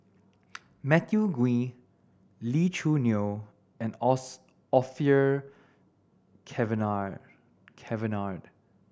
Matthew Ngui Lee Choo Neo and Orfeur Cavenagh Cavenagh